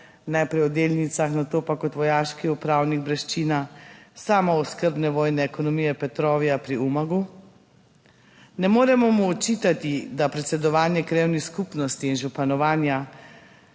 najprej v Delnicah, nato pa kot vojaški upravnik Breščina samooskrbne vojne ekonomije Petrovja pri Umagu. Ne moremo mu očitati, da predsedovanje krajevni skupnosti in županovanja